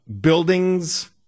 buildings